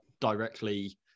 directly